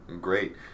Great